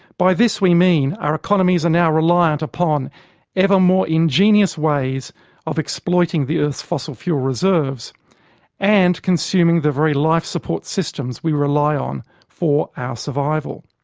by this we mean our economies are now reliant upon ever-more ingenious ways of exploiting the earth's fossil fuel reserves and consuming the very life-support systems we rely on for our survival.